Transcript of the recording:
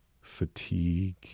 fatigue